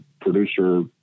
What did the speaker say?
producer